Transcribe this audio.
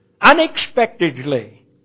Unexpectedly